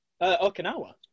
Okinawa